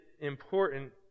important